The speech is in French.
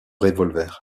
revolver